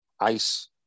ice